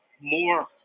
more